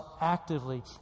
actively